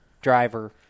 driver